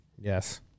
Yes